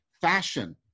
fashion